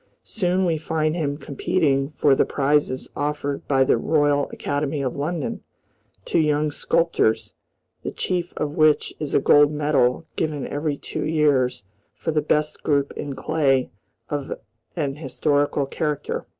soon we find him competing for the prizes offered by the royal academy of london to young sculptors the chief of which is a gold medal given every two years for the best group in clay of an historical character.